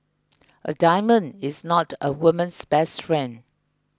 a diamond is not a woman's best friend